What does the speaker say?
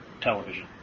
television